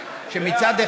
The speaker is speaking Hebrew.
מבקש לקרוא אותך לסדר,